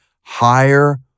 higher